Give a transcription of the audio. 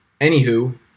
Anywho